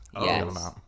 Yes